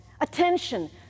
attention